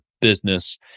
business